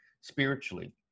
spiritually